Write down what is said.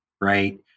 right